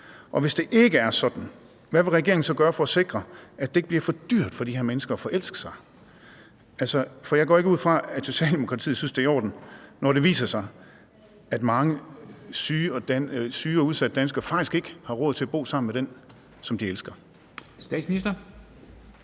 Og hvis det ikke er sådan, hvad vil regeringen så gøre for at sikre, at det ikke bliver for dyrt for de her mennesker at forelske sig? For jeg går ikke ud fra, at Socialdemokratiet synes, det er i orden, når det viser sig, at mange syge og udsatte danskere faktisk ikke har råd til at bo sammen med den, som de elsker.